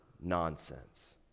nonsense